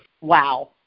Wow